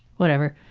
whatever.